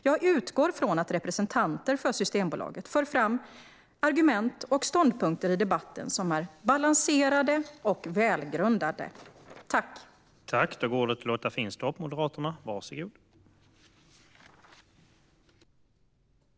Jag utgår från att representanter för Systembolaget för fram argument och ståndpunkter i debatten som är balanserade och välgrundade. Då Maria Malmer Stenergard, som framställt interpellationen, anmält att hon var förhindrad att närvara vid sammanträdet medgav andre vice talmannen att Lotta Finstorp i stället fick delta i överläggningen.